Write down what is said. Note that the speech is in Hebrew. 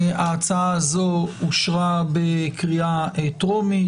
ההצעה הזאת אושרה בקריאה טרומית,